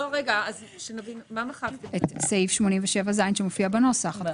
רוויזיה על הסתייגות מספר 67. מי